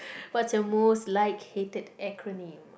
what's your most like hater acronym